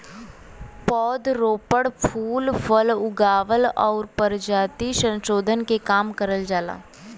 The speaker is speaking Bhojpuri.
पौध रोपण, फूल फल उगावल आउर परजाति संसोधन के काम करल जाला